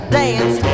dance